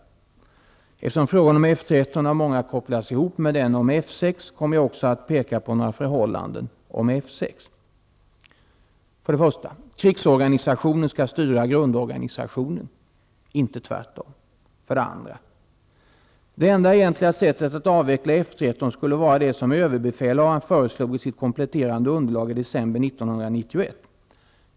Eftersom frågan om F 13 av många kopplats ihop med den om F 6 kommer jag också att peka på några förhållanden om F 6. 1. Krigsorganisationen skall styra grundorganisationen, inte tvärtom. 2. Det enda egentliga sättet att avveckla F 13 skulle vara det som överbefälhavaren föreslog i sitt kompletterande underlag i december 1991.